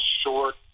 short